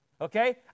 okay